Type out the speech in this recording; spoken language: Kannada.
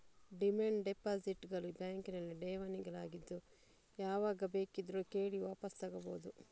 ಡಿಮ್ಯಾಂಡ್ ಡೆಪಾಸಿಟ್ ಗಳು ಬ್ಯಾಂಕಿನಲ್ಲಿ ಠೇವಣಿಗಳಾಗಿದ್ದು ಯಾವಾಗ ಬೇಕಿದ್ರೂ ಕೇಳಿ ವಾಪಸು ತಗೋಬಹುದು